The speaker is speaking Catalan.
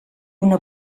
una